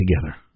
together